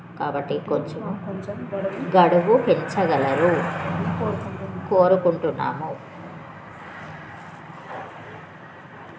కాబట్టి కొంచెం గడువు పెంచగలరు కోరుకుంటున్నాము